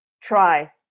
try